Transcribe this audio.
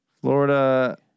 Florida